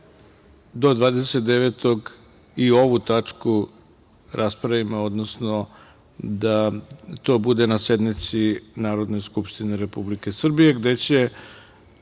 i ovu tačku raspravimo, odnosno da to bude na sednici Narodne skupštine Republike Srbije, gde ćemo